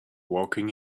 walking